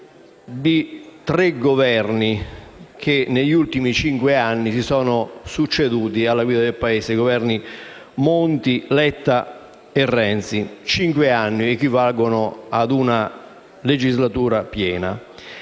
di tre Governi che negli ultimi cinque anni si sono succeduti alla guida del Paese: i Governi Monti, Letta e Renzi. Cinque anni equivalgono a una legislatura piena